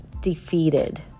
defeated